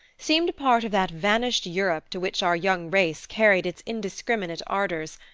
seemed a part of that vanished europe to which our young race carried its indiscriminate ardors,